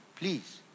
Please